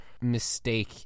mistake